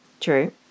True